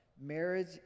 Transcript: marriage